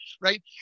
right